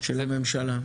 של הממשלה.